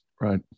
right